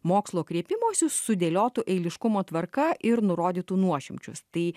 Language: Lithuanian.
mokslo kreipimusis sudėliotų eiliškumo tvarka ir nurodytų nuošimčius tai